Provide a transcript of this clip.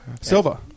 Silva